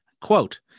Quote